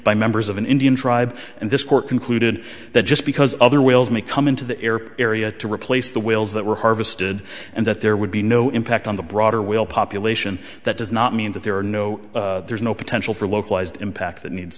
by members of an indian tribe and this court concluded that just because other whales may come into the air area to replace the whales that were harvested and that there would be no impact on the broader will population that does not mean that there are no there's no potential for localised impact that needs